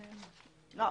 לא.